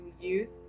youth